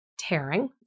tearing